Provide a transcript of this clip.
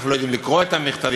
אנחנו לא יודעים לקרוא את המכתבים,